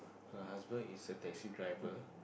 her husband is a taxi driver